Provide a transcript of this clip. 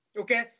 okay